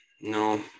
no